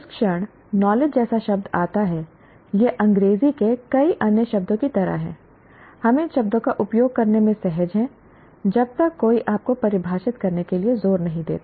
जिस क्षण नॉलेज जैसा शब्द आता है यह अंग्रेजी के कई अन्य शब्दों की तरह है हम इन शब्दों का उपयोग करने में सहज हैं जब तक कोई आपको परिभाषित करने के लिए जोर नहीं देता